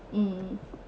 mm